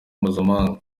mpuzamahanga